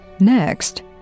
Next